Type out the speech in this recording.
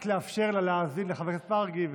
רק לאפשר לה להאזין לחבר הכנסת מרגי,